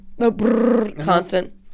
Constant